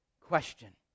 question